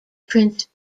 prince